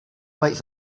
bites